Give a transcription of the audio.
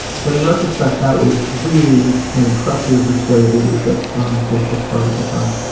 but in retrospect, that was really an impressive display of leadership on facebook's part at the time.